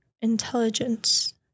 Intelligence